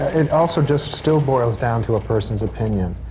it also just still boils down to a person's opinion,